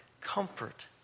comfort